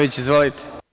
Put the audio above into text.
Izvolite.